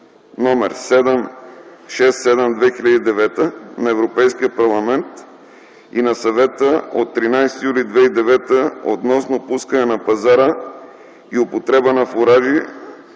ЕО № 767/2009 на Европейския парламент и на Съвета от 13 юли 2009 г. относно пускането на пазара и употребата на фуражи,